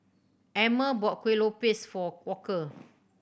Emmer bought Kueh Lopes for Walker